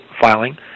filing